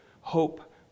hope